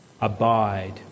abide